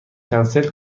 کنسل